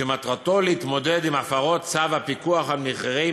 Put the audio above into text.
שמטרתו להתמודד עם הפרות צו הפיקוח על מחירי